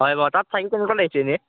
হয় বাৰু তাত থাকি কেনেকুৱা লাগিছে এনেই